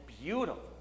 beautiful